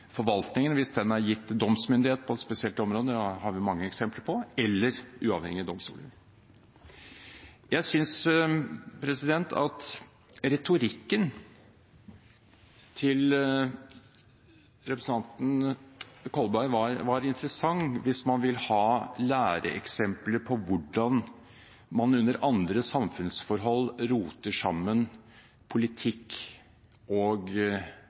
forvaltningen, hvis den er gitt domsmyndighet på et spesielt område – det har vi mange eksempler på – eller uavhengige domstoler. Jeg synes at retorikken til representanten Kolberg var interessant – hvis man vil ha læreeksempler på hvordan man under andre samfunnsforhold roter sammen politikk og